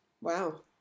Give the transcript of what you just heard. Wow